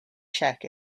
check